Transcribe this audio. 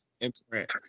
imprint